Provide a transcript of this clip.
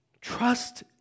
Trust